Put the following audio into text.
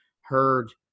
heard